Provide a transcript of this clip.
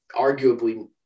arguably